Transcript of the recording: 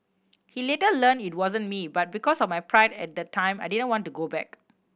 he later learn it wasn't me but because of my pride at the time I didn't want to go back